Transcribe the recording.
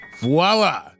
voila